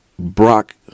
Brock